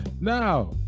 Now